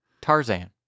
tarzan